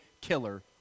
killer